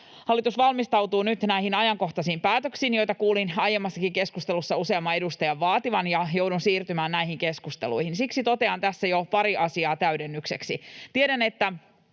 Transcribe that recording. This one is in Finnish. hallitus valmistautuu nyt näihin ajankohtaisiin päätöksiin, joita kuulin aiemmassakin keskustelussa useamman edustajan vaativan, ja joudun siirtymään näihin keskusteluihin. Siksi totean tässä jo pari asiaa täydennykseksi.